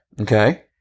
Okay